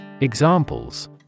Examples